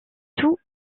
tout